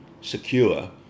Secure